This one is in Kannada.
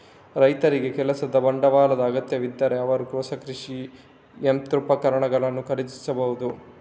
ರೈತರಿಗೆ ಕೆಲಸದ ಬಂಡವಾಳದ ಅಗತ್ಯವಿದ್ದರೆ ಅವರು ಹೊಸ ಕೃಷಿ ಯಂತ್ರೋಪಕರಣಗಳನ್ನು ಖರೀದಿಸಬಹುದು